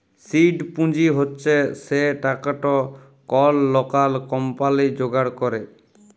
seed পুঁজি হছে সে টাকাট কল লকাল কম্পালি যোগাড় ক্যরে